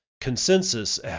Consensus